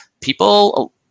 people